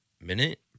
minute